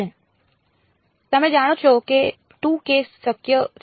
તેથી તમે જાણો છો કે 2 કેસ શક્ય છે